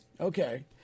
Okay